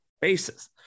basis